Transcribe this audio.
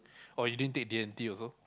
oh you didn't take D-and-T also